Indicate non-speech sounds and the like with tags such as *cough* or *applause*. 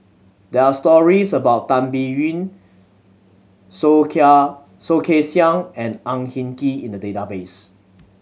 there are stories about Tan Biyun Soh *unintelligible* Soh Kay Siang and Ang Hin Kee in the database